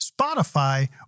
Spotify